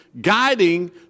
guiding